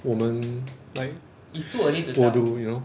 我们 like will do you know